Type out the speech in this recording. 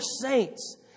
saints